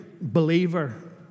believer